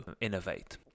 innovate